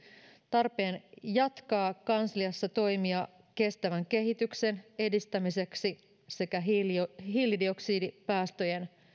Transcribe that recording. tarpeen jatkaa kansliassa toimia kestävän kehityksen edistämiseksi sekä hiilidioksidipäästöjen